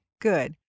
good